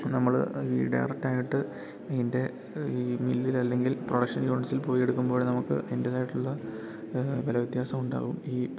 നമ്മള് ഈ ഡയറക്റ്റായിട്ട് ഇതിൻ്റെ ഈ മില്ലിൽ അല്ലെങ്കിൽ പ്രൊഡക്ഷൻ യൂണിറ്റ്സില് പോയി എടുക്കുമ്പോൾ നമുക്ക് അതിന്റേതായിട്ടുള്ള വെല വ്യത്യാസുണ്ടാകും ഈ